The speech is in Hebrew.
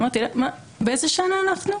אמרתי לה: מה, באיזו שנה אנחנו?